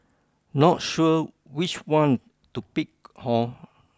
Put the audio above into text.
not sure which one to pick Hor